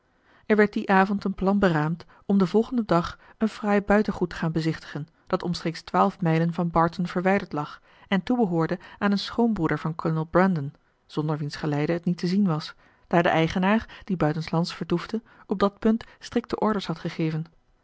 er werd dien avond een plan beraamd om den volgenden dag een fraai buitengoed te gaan bezichtigen dat omstreeks twaalf mijlen van barton verwijderd lag en toebehoorde aan een schoonbroeder van kolonel brandon zonder wiens geleide het niet te zien was daar de eigenaar die buitenslands vertoefde op dat punt strikte orders had gegeven